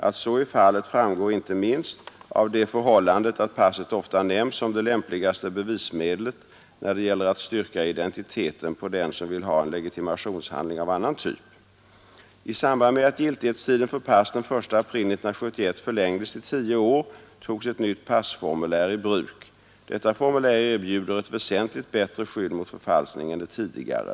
Att så är fallet framgår inte minst av det förhållandet att passet ofta nämns som det lämpligaste bevismedlet när det gäller att styrka identiteten på den som vill ha en legitimationshandling av annan typ. I samband med att giltighetstiden för pass den 1 april 1971 förlängdes till tio år togs ett nytt passformulär i bruk. Detta formulär erbjuder ett väsentligt bättre skydd mot förfalskning än det tidigare.